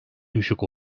düşük